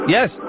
Yes